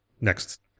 next